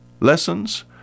Lessons